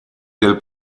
del